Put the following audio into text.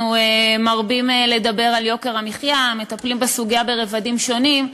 אנחנו מרבים לדבר על יוקר המחיה ומטפלים בסוגיה ברבדים שונים,